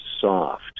soft